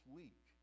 week